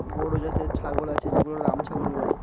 বড় জাতের ছাগল আছে যেগুলো রামছাগল বলে